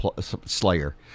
Slayer